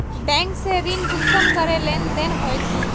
Bank से ऋण कुंसम करे लेन देन होए?